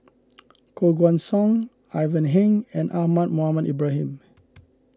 Koh Guan Song Ivan Heng and Ahmad Mohamed Ibrahim